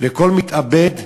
כל מתאבד,